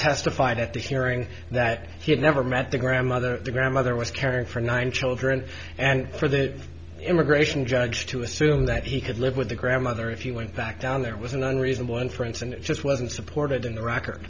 testified at the hearing that he had never met the grandmother the grandmother was caring for nine children and for the immigration judge to assume that he could live with the grandmother if you went back down there was an unreasonable inference and it just wasn't supported in the r